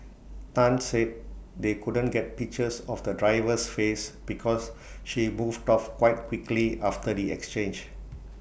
Tan said they couldn't get pictures of the driver's face because she moved off quite quickly after the exchange